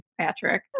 Patrick